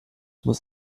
muss